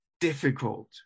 difficult